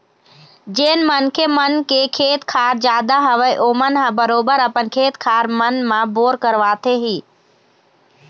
जेन मनखे मन के खेत खार जादा हवय ओमन ह बरोबर अपन खेत खार मन म बोर करवाथे ही